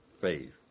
faith